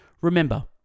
remember